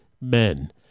men